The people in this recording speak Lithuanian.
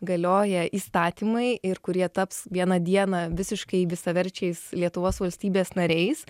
galioja įstatymai ir kurie taps vieną dieną visiškai visaverčiais lietuvos valstybės nariais